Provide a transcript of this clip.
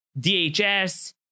DHS